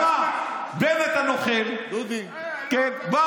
יש לי שאלה, תקשיב.